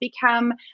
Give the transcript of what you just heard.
become